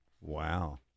Wow